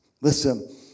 Listen